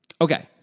Okay